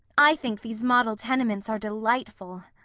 i think these model tenements are delightful.